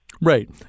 right